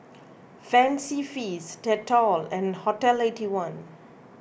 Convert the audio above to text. Fancy Feast Dettol and Hotel Eighty One